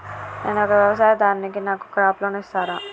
నేను ఒక వ్యవసాయదారుడిని నాకు క్రాప్ లోన్ ఇస్తారా?